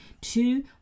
two